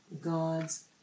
God's